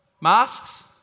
Masks